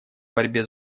борьбе